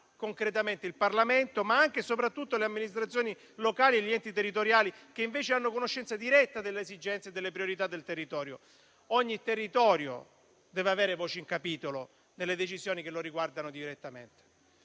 decisionali il Parlamento, ma anche e soprattutto le amministrazioni locali e gli enti territoriali, che invece hanno conoscenza diretta delle esigenze e delle priorità del territorio. Ogni territorio deve avere voce in capitolo nelle decisioni che lo riguardano direttamente.